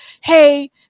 Hey